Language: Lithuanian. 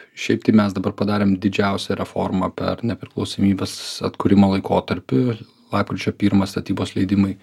šiaip tai mes dabar padarėm didžiausią reformą per nepriklausomybės atkūrimo laikotarpį lapkričio pirmą statybos leidimai